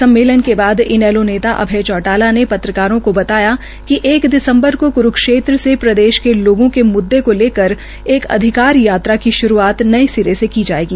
सम्मेलन के बाद इनेलो नेता अभय चौटाला ने पत्रकारों को बताया कि एक दिसम्बर को क्रक्षेत्र से प्रदेश के लोगों के मृद्दों को लेकर एक अधिकार यात्रा की शुरूआत नए सिरे से की जायेगी